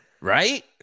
Right